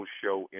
show